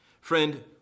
Friend